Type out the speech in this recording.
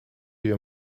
your